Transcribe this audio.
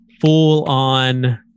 full-on